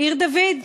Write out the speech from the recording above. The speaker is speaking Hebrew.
עיר דוד.